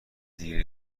دیگری